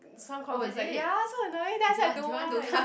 some conferences that ya so annoying then I said I don't want